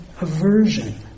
aversion